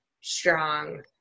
strong